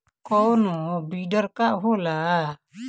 कोनो बिडर का होला?